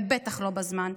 ובטח לא בזמן,